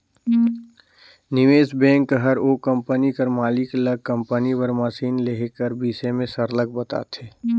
निवेस बेंक हर ओ कंपनी कर मालिक ल कंपनी बर मसीन लेहे कर बिसे में सरलग बताथे